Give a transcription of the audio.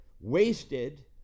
wasted